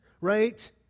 right